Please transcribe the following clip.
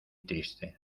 triste